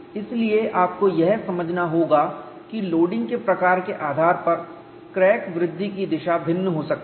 इसलिए आपको यह समझना होगा कि लोडिंग प्रकार के आधार पर क्रैक वृद्धि की दिशा भिन्न हो सकती है